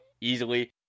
easily